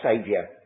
Saviour